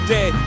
Dead